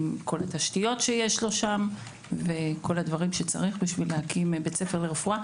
עם כל התשתיות שיש לו שם וכל הדברים שצריך בשביל להקים בית ספר לרפואה.